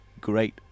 great